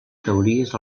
teories